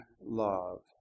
love